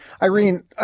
Irene